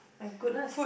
my goodness